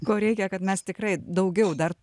ko reikia kad mes tikrai daugiau dar